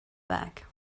back